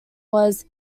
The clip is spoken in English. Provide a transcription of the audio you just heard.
was